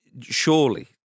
surely